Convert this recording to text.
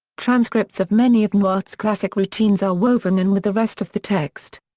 transcripts of many of newhart's classic routines are woven in with the rest of the text.